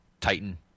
Titan